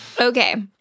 Okay